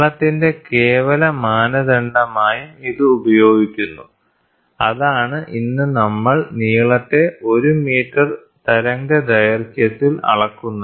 നീളത്തിന്റെ കേവല മാനദണ്ഡമായും ഇത് ഉപയോഗിക്കുന്നു അതാണ് ഇന്ന് നമ്മൾ നീളത്തെ 1 മീറ്റർ തരംഗദൈർഘ്യത്തിൽ അളക്കുന്നത്